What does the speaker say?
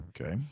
okay